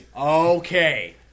Okay